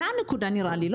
זו הנקודה נראה לי.